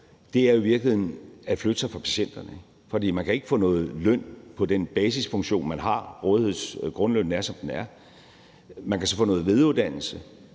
i virkeligheden at flytte sig fra patienterne, for man kan ikke få nogen lønforbedring for den basisfunktion, man har; grundlønnen er, som den er. Man kan så få noget videreuddannelse